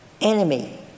enemy